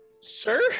sir